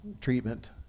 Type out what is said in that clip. treatment